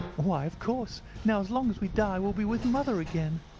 why, of course, now as long as we die we'll be with mother again.